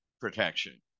protection